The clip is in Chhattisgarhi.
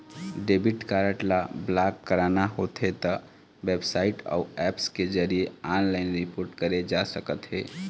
डेबिट कारड ल ब्लॉक कराना होथे त बेबसाइट अउ ऐप्स के जरिए ऑनलाइन रिपोर्ट करे जा सकथे